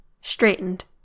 straightened